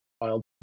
wild